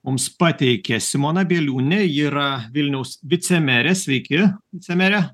mums pateikia simona bėliūnė yra vilniaus vicemerė sveiki vicemere